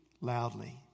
loudly